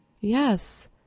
Yes